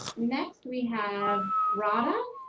next we have radha.